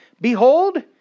behold